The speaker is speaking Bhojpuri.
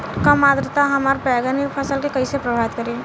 कम आद्रता हमार बैगन के फसल के कइसे प्रभावित करी?